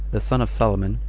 the son of solomon,